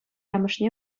амӑшне